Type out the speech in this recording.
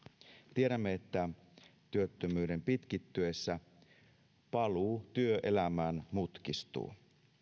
tiedämme että työttömyyden pitkittyessä paluu työelämään mutkistuu